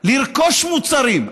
לרכוש מוצרים.